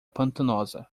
pantanosa